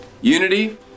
Unity